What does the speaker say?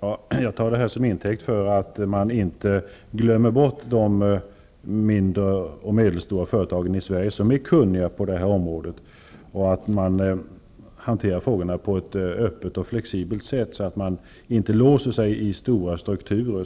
Fru talman! Jag tar detta till intäkt för att man inte glömmer bort de mindre och medelstora företagen i Sverige som är kunniga på det här området och att man hanterar frågorna på ett öppet och flexibelt sätt, så att man inte låser sig i stora strukturer